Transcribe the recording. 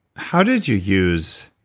how did you use